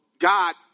God